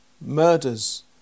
murders